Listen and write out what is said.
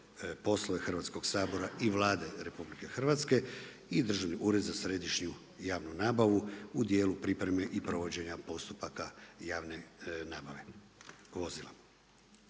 poslove Hrvatskog Sabora i Vlade Republike Hrvatske i Državni ured za središnju javnu nabavu u dijelu pripreme i provođenja postupaka javne nabave